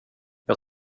jag